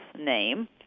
name